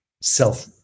self